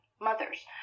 mothers